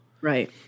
Right